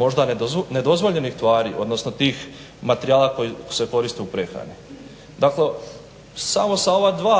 možda nedozvoljenih tvari, odnosno tih materijala koji se koriste u prehrani. Dakle, samo sa ova dva